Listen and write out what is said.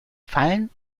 fallen